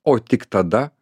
o tik tada